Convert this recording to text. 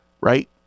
right